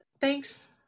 Thanks